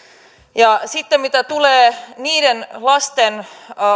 ja sitten mitä tulee niiden lasten